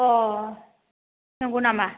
अह नंगौ नामा